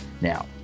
Now